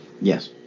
Yes